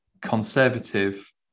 conservative